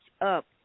Up